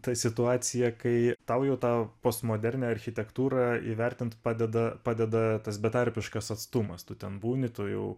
ta situacija kai tau jau tą postmodernią architektūrą įvertint padeda padeda tas betarpiškas atstumas tu ten būni tu jau